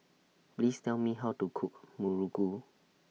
Please Tell Me How to Cook Muruku